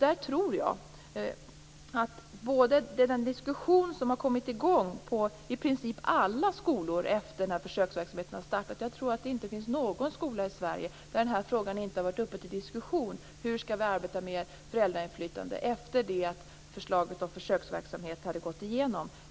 Efter den diskussion som har kommit i gång i i princip alla skolor efter att denna försöksverksamhet har startat tror jag att det inte finns någon skola i Sverige där denna fråga inte har varit uppe till diskussion, dvs. hur man skall arbeta med föräldrainflytande efter det att förslaget om försöksverksamhet hade gått igenom.